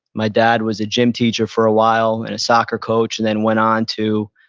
my dad was a gym teacher for a while and a soccer coach, and then went on to